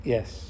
Yes